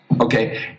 Okay